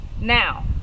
Now